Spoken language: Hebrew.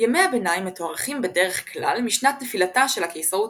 ימי הביניים מתוארכים בדרך כלל משנת נפילתה של הקיסרות